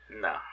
No